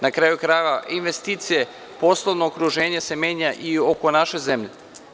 Na kraju krajeva, investicije, poslovno okruženje se menja i oko naše zemlje.